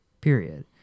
period